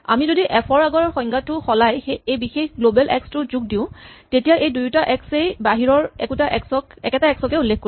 আমি যদি এফ ৰ আগৰ সংজ্ঞাটো সলাই এই বিশেষ গ্লৱেল এক্স টো যোগ দিও তেতিয়া এই দুয়োটা এক্স এই বাহিৰৰ একেটা এক্স কে উল্লেখ কৰিব